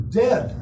dead